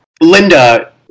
Linda